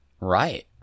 Right